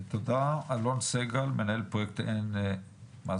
אלון סגל מנהל פרויקט NZO